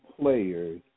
players